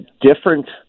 different